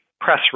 press